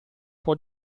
può